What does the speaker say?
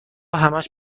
همش